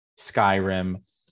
Skyrim